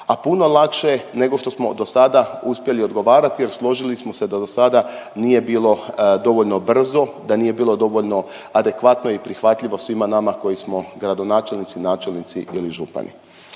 a puno lakše nego što smo do sada uspjeli odgovarati, jer složili smo se da do sada nije bilo dovoljno brzo, da nije bilo dovoljno adekvatno i prihvatljivo svima nama koji smo gradonačelnici, načelnici ili župani.